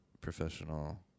Professional